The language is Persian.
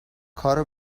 کارو